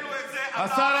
אם העלינו את זה, אתה